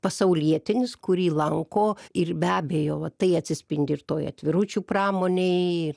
pasaulietinis kurį lanko ir be abejo va tai atsispindi ir toj atviručių pramonėj